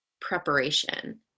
preparation